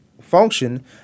function